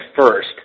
first